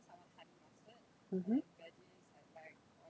mmhmm